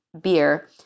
beer